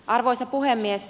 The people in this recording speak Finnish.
arvoisa puhemies